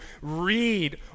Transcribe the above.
read